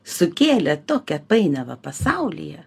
sukėlė tokią painiavą pasaulyje